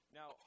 now